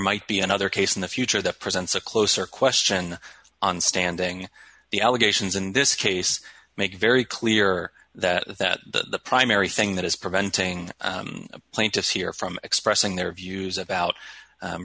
might be another case in the future that presents a closer question on standing the allegations in this case make very clear that that the primary thing that is preventing the plaintiffs here from expressing their views about